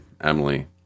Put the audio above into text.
Emily